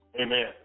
Amen